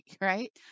right